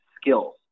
skills